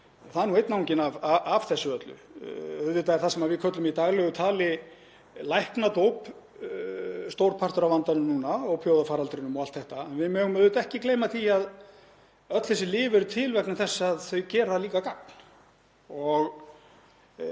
Það er einn anginn af þessu öllu. Auðvitað er það sem við köllum í daglegu tali læknadóp stór partur af vandanum núna, ópíóíðafaraldrinum og allt þetta. En við megum auðvitað ekki gleyma því að öll þessi lyf eru til vegna þess að þau gera gagn.